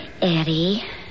Eddie